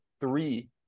three